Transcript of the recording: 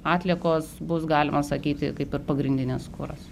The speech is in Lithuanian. atliekos bus galima sakyti kaip ir pagrindinis kuras